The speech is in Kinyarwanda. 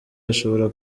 ashobora